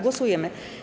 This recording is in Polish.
Głosujemy.